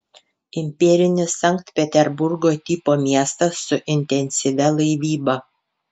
imperinis sankt peterburgo tipo miestas su intensyvia laivyba